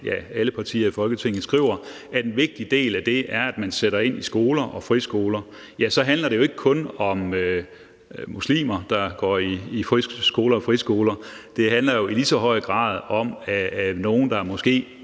alle partier i Folketinget, skriver, at en vigtig del af det er, at man sætter ind i skoler og friskoler, handler det jo ikke kun om muslimer, der går i friskoler. Det handler jo i lige så høj grad om nogle, der måske